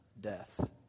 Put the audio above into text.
death